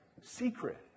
Secret